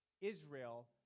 Israel